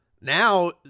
now